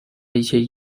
一些